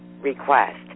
request